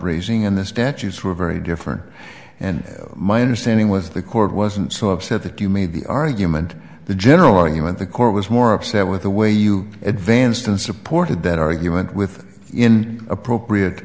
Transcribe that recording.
raising in the statutes for very different and my understanding was the court wasn't so upset that you made the argument the general argument the court was more upset with the way you advanced and supported that argument with in appropriate